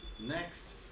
Next